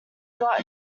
got